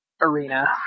arena